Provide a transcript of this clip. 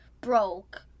broke